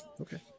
Okay